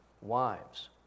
Wives